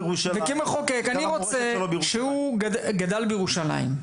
הוא גדל בירושלים,